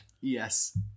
yes